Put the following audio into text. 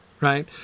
Right